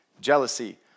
jealousy